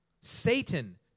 Satan